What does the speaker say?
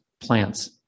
plants